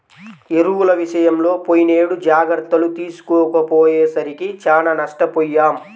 ఎరువుల విషయంలో పోయినేడు జాగర్తలు తీసుకోకపోయేసరికి చానా నష్టపొయ్యాం